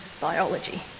biology